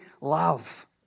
love